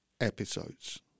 episodes